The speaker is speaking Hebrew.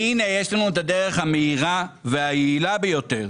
והנה, יש לנו את הדרך המהירה והיעילה ביותר